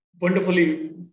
wonderfully